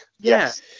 yes